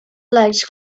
legs